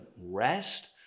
rest